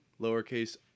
lowercase